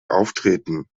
auftreten